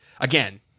Again